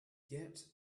yet